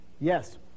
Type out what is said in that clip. Yes